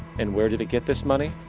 and where did it get this money?